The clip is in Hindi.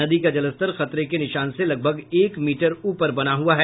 नदी का जलस्तर खतरे के निशान से लगभग एक मीटर ऊपर बना हुआ है